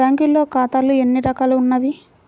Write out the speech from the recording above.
బ్యాంక్లో ఖాతాలు ఎన్ని రకాలు ఉన్నావి?